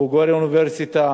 בוגר אוניברסיטה,